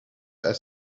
had